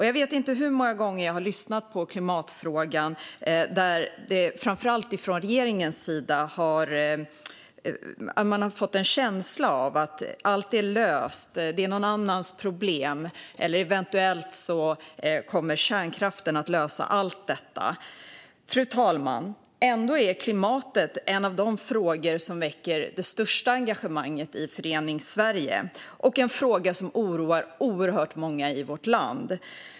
Jag vet inte hur många klimatdebatter jag lyssnat på där man framför allt från regeringens sida har fått en känsla av att allt är löst, att detta är någon annans problem eller eventuellt att kärnkraften kommer att lösa alltihop. Fru talman! Ändå är klimatet en av de frågor som väcker det största engagemanget i Föreningssverige och en fråga som oroar oerhört många i vårt land.